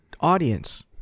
audience